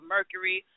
Mercury